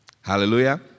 Hallelujah